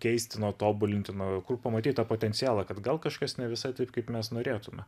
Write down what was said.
keistino tobulintino kur pamatei tą potencialą kad gal kažkas ne visai taip kaip mes norėtumėme